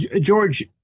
George